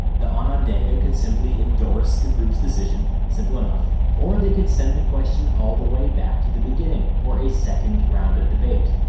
the onondaga could simply endorse the group's decision, simple enough, or they could send the question all the way back to the beginning for a second round of debate.